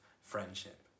friendship